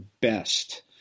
best